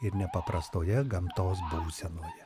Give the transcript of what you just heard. ir nepaprastoje gamtos būsenoje